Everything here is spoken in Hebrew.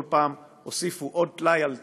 כל פעם הוסיפו עוד טלאי על טלאי.